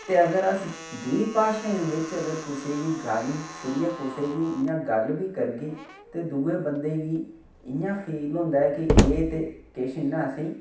ते अगर अस दूई भाशें बिच अगर कुसै ई गाली छोड़ियै कुसै गी इयां गल्ल बी करगे ते दूए बंदे गी इयां फील होंदा ऐ की एह् ते